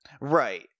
Right